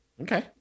Okay